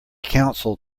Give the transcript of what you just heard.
council